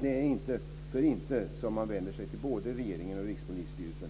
Det är inte för inte som man vänder sig till både regeringen och Rikspolisstyrelsen.